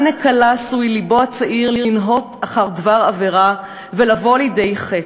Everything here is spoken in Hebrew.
על נקלה עשוי לבו הצעיר לנהות אחר דבר עבירה ולבוא לידי חטא.